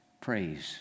praise